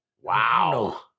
wow